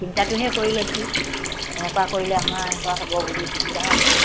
চিন্তাটোহে কৰি লৈছোঁ এনেকুৱা কৰিলে আমাৰ এনেকুৱা হ'ব বুলি সুবিধা হ'ব